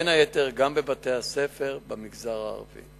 בין היתר גם בבתי-הספר במגזר הערבי.